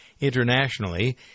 internationally